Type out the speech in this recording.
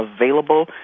available